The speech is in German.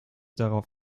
darauf